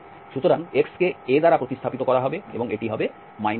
সুতরাং x কে a দ্বারা প্রতিস্থাপিত করা হবে এবং এটি হবে 2aydy